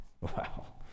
Wow